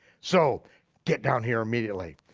so get down here immediately.